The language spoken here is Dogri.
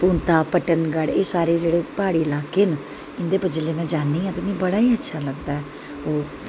पुनता पटनगढ़ एह् जेह्के सारे प्हाड़ी लाह्के न इं'दे बिच्च जिसलै में जान्नी आं ते मिगी बड़ा गै अच्छा लगदा ऐ